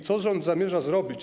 Co rząd zamierza zrobić?